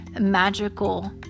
magical